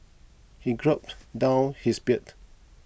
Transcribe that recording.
he gulped down his beer